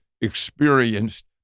experienced